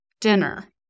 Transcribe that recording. dinner